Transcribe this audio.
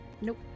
Nope